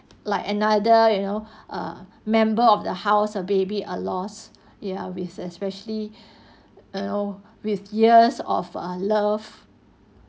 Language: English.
like another you know uh member of the house a baby a loss ya with especially you know with years of uh love